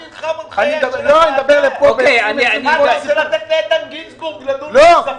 אתה רוצה לתת לאיתן גינזבורג לדון בכספים?